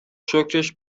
شکرش